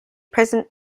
present